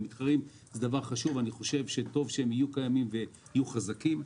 טוב שהם יהיו קיימים ויהיו חזקים.